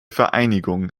vereinigung